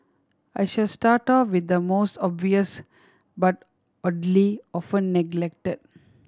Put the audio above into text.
I shall start off with the most obvious but oddly often neglected